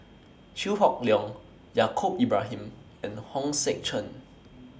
Chew Hock Leong Yaacob Ibrahim and Hong Sek Chern